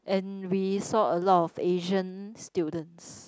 and we saw a lot of Asian students